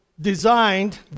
designed